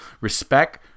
respect